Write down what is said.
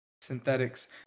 synthetics